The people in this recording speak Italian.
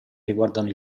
riguardano